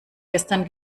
gestern